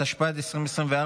התשפ"ד 2024,